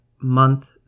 month